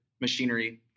machinery